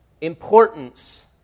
importance